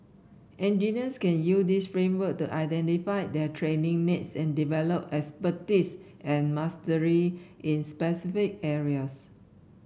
engineers can use this framework to identify their training needs and develop expertise and mastery in specific areas